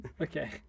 okay